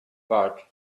but